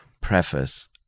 preface